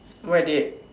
what dey